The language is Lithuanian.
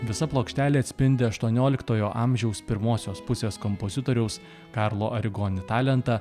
visa plokštelė atspindi aštuonioliktojo amžiaus pirmosios pusės kompozitoriaus karlo arigoni talentą